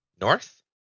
north